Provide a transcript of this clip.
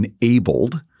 enabled